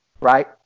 Right